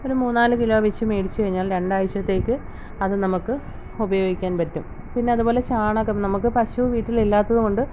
ഒരു മൂന്ന് നാല് കിലോ വച്ച് മേടിച്ചു കഴിഞ്ഞാൽ രണ്ടാഴ്ച്ചത്തേക്ക് അത് നമുക്ക് ഉപയോഗിക്കാൻ പറ്റും പിന്നെ അത് പോലെ ചാണകം നമുക്ക് പശു വീട്ടിലില്ലാത്തതു കൊണ്ട്